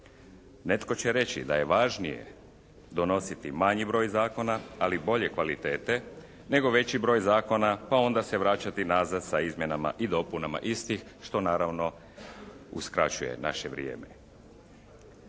Netko će reći da je važnije donositi manji broj zakona li bolje kvalitete nego veći broj zakona pa onda se vraćati nazad sa izmjenama i dopunama istih, što naravno uskraćuje naše vrijeme.